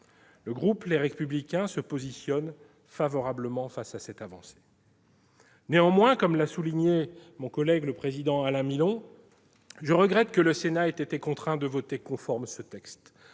Le groupe Les Républicains est favorable à cette avancée. Néanmoins, comme l'a souligné mon collègue Alain Milon, je regrette que le Sénat ait été contraint de voter conforme ce texte.